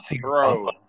bro